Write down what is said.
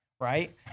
right